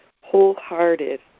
wholehearted